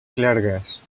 clergues